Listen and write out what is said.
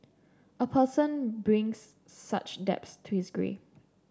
a person brings such debts to his grave